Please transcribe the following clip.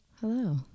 Hello